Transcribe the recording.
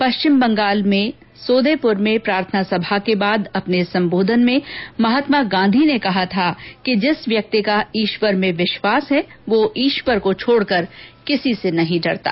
पश्चिम बंगाल में सोदेपुर में प्रार्थना सभा के बाद अपने संबोधन में महात्मा गांधी ने कहा था कि जिस व्यक्ति का ईश्वर में विश्वास है वह ईश्वर को छोड़कर किसी से नहीं डरता